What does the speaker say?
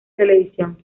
televisión